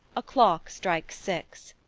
a clock strikes six.